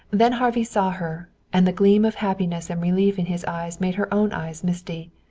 then harvey saw her, and the gleam of happiness and relief in his eyes made her own eyes misty.